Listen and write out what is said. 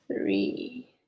three